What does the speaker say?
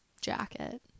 jacket